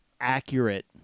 accurate